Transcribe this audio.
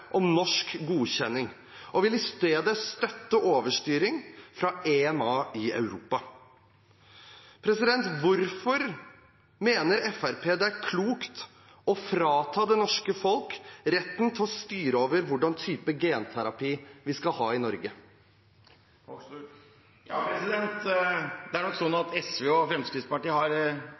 om norsk godkjenning og vil i stedet støtte overstyring fra EMA i Europa. Hvorfor mener Fremskrittspartiet det er klokt å frata det norske folk retten til å styre over hva slags genterapi vi skal ha i Norge? Det er nok sånn at SV og Fremskrittspartiet har